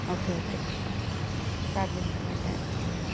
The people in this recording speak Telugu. ఓకే ఓకే స్టార్ట్ చేస్తాం వెంటనే